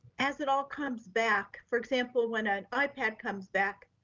as it all comes back, for example, when an ipad comes back,